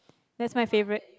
that's my favourite